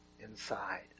inside